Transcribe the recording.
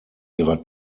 ihrer